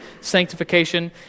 Sanctification